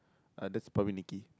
uh that's probably Nicky